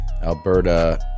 Alberta